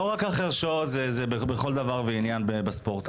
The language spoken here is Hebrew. לא רק החירשות זה בכל דבר ועניין בספורט.